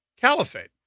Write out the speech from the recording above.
caliphate